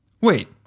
Wait